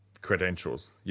credentials